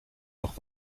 nog